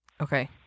Okay